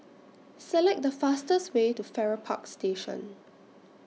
Select The fastest Way to Farrer Park Station